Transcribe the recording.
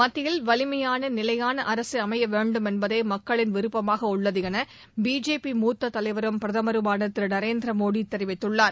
மத்தியில் வலிமையான நிலையான அரசு அமைய வேண்டும் என்பதே மக்களின் விருப்பமாக உள்ளது என பிஜேபி மூத்தத் தலைவரும் பிரதமருமான திரு நரேந்திர மோடி தெரிவித்துள்ளார்